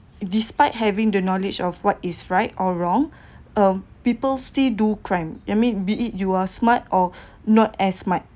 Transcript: despite having the knowledge of what is right or wrong um people still do crime I mean be it you are smart or not as smart